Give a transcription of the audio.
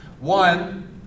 One